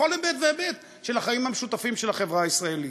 בכל היבט והיבט של החיים המשותפים של החברה הישראלית.